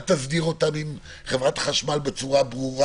אל תסדיר אותם עם חברת חשמל בצורה ברורה.